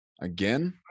again